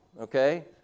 Okay